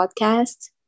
podcast